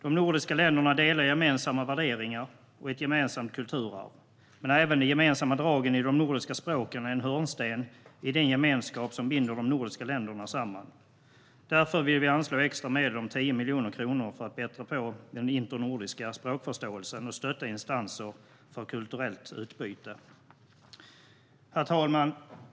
De nordiska länderna delar gemensamma värderingar och ett gemensamt kulturarv, men även de gemensamma dragen i de nordiska språken är en hörnsten i den gemenskap som binder de nordiska länderna samman. Därför vill vi anslå extra medel om 10 miljoner kronor för att bättra på den internordiska språkförståelsen och stötta insatser för kulturellt utbyte. Herr talman!